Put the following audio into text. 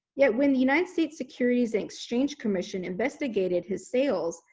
yet when the united states securities and exchange commission investigated his sales,